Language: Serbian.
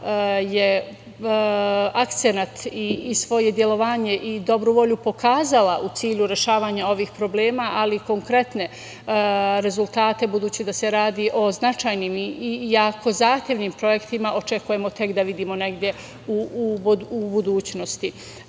je akcenat i svoje delovanje i dobru volju pokazala u cilju rešavanja ovih problema, ali konkretne rezultate budući da se radi o značajnim i jako zahtevnim projektima očekujemo tek da vidimo negde u budućnosti.